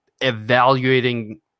evaluating